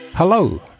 Hello